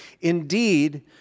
Indeed